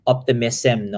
Optimism